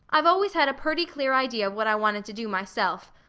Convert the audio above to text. i've always had a purty clear idea of what i wanted to do myself.